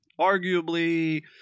arguably